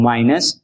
Minus